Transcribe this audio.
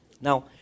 Now